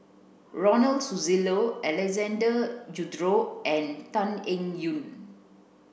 Ronald Susilo Alexander Guthrie and Tan Eng Yoon